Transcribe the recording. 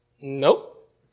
Nope